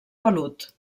pelut